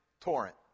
torrent